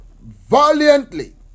valiantly